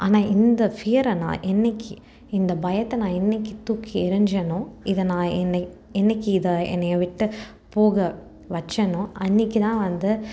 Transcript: ஆனால் இந்த ஃபியரை நான் என்னைக்கு இந்த பயத்தை நான் என்னைக்கு தூக்கி எறிஞ்சேனோ இதை நான் என்னை என்னைக்கு இதை என்னையை விட்டு போக வச்சேனோ அன்னைக்கு தான் வந்து